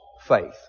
faith